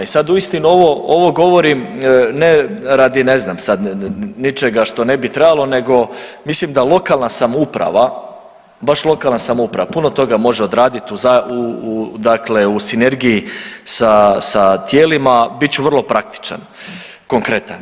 I sad uistinu ovo govorim ne radi ne znam sad ničega što ne bi trebalo nego mislim da lokalna samouprava, baš lokalna samouprava puno toga može odradit u dakle u sinergiji sa, sa tijelima, bit ću vrlo praktičan, konkretan.